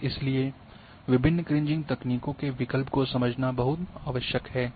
और इसलिए विभिन्न क्रीजिंग तकनीकों के विकल्प को समझना बहुत आवश्यक है